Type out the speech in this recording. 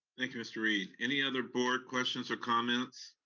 thank you, mr. reid. any other board questions or comments?